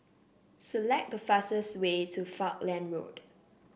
select the fastest way to Falkland Road